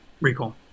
recall